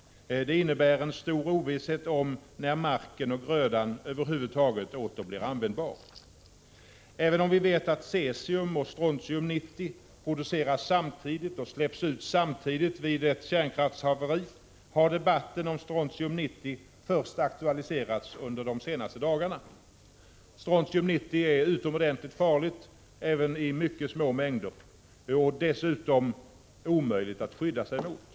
Det innebär en stor ovisshet om när marken och grödan över huvud taget åter blir användbara. Även om vi vet att cesium och strontium 90 produceras och släpps ut samtidigt vid ett kärnkraftshaveri, har debatten om strontium 90 aktualiserats först under de senaste dagarna. Strontium 90 är utomordentligt farligt, även i mycket små mängder. Dessutom är det omöjligt att skydda sig emot det.